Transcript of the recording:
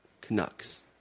Canucks